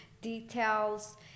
details